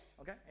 Okay